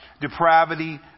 depravity